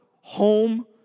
home